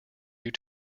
you